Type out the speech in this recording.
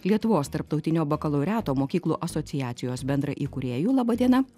lietuvos tarptautinio bakalaureato mokyklų asociacijos bendraįkūrėju laba diena